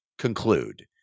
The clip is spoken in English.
Conclude